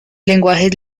lenguajes